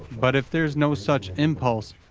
but, if there is no such impulse,